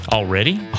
Already